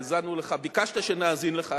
האזנו לך, ביקשת שנאזין לך.